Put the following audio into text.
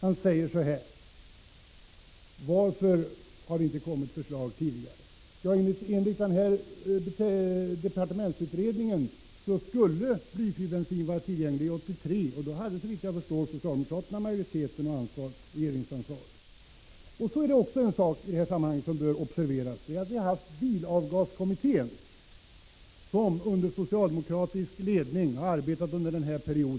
Ulf Lönnqvist frågar: Varför har det inte kommit förslag tidigare? Enligt departementsutredningen skulle blyfri bensin vara tillgänglig 1983, och då hade såvitt jag förstår socialdemokraterna majoriteten och regeringsansvaret. En annan sak som bör observeras i detta sammanhang är att vi har haft bilavgaskommittén, som under socialdemokratisk ledning har arbetat under denna period.